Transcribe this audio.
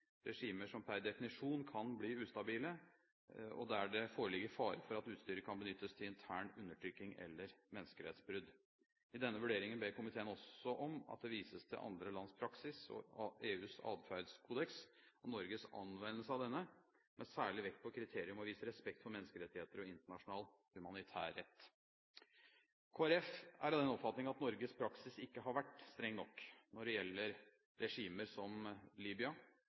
regimer som per definisjon kan bli ustabile og der det foreligger fare for at utstyret kan benyttes til intern undertrykking eller menneskerettighetsbrudd. I denne vurderingen ber komiteen om at det også vises til andre lands praksis og EUs adferdskodeks og Norges anvendelse av denne, med særlig vekt på kriteriet om å vise respekt for menneskerettigheter og internasjonal humanitærrett». Kristelig Folkeparti er av den oppfatning at Norges praksis ikke har vært streng nok når det gjelder regimer som Libya,